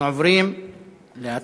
אנחנו עוברים להצבעה.